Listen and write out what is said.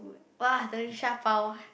[wah] the Liu-Sha-Bao